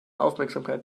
aufmerksamkeit